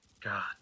God